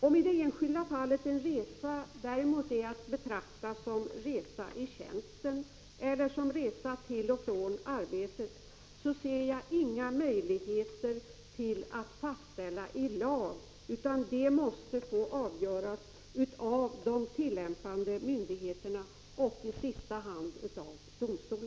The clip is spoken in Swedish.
Om i det enskilda fallet en resa är att betrakta som resa i tjänsten eller som resa till och från arbetet ser jag däremot ingen möjlighet att fastställa i lag, utan det måste få avgöras av de tillämpande myndigheterna och i sista hand av domstol.